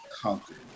conquered